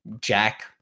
Jack